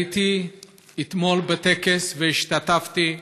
הייתי אתמול בטקס והשתתפתי,